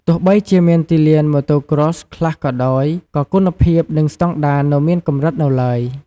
ទោះបីជាមានទីលាន Motocross ខ្លះក៏ដោយ ក៏គុណភាព និងស្តង់ដារនៅមានកម្រិតនៅឡើយ។